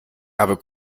habe